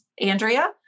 Andrea